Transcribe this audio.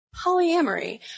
polyamory